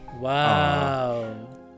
Wow